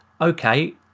okay